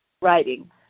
writing